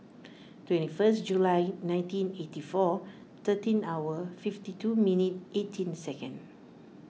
twenty one July nineteen eighty four thirteen hour fifty two minute eighteen second